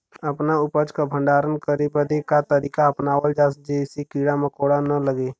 अपना उपज क भंडारन करे बदे का तरीका अपनावल जा जेसे कीड़ा मकोड़ा न लगें?